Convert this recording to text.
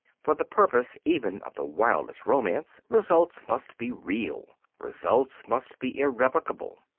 for the purpose even of the wildest romance results must be real results must be irrevocable.